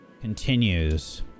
continues